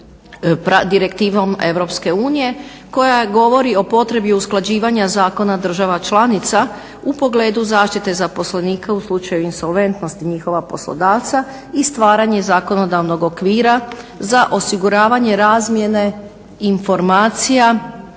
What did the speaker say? direktivnom EU koja govori o potrebi usklađivanja zakona država članica u pogledu zaštite zaposlenika u slučaju insolventnosti njihova poslodavca i stvaranje zakonodavnog okvira za osiguravanja razmjene informacija